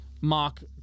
mark